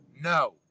No